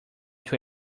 too